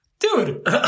Dude